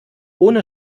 ohne